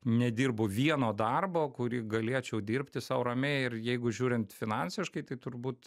nedirbu vieno darbo kurį galėčiau dirbti sau ramiai ir jeigu žiūrint finansiškai tai turbūt